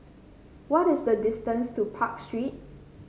what is the distance to Park Street